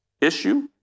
issue